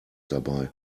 dabei